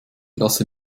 lasse